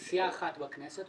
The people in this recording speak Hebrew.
זו סיעה אחת בכנסת,